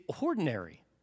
ordinary